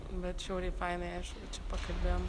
vat žiauriai fainai aišku kad čia pakalbėjom